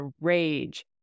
rage